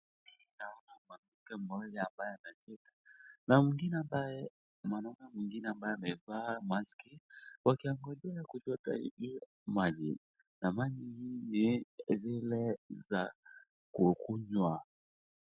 Naona, mwanamke mmoja ambaye anachota na mwanaume mwingine ambaye amevaa maski, akiongojea kuchota maji, na maji hizi ni zile za kukunywa.